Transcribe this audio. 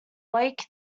lake